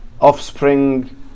offspring